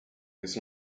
his